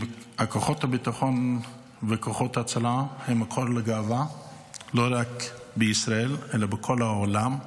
כוחות הביטחון וכוחות ההצלה הם מקור לגאווה לא רק בישראל אלא בכל העולם.